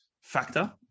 factor